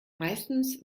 meistens